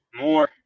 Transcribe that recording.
More